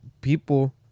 people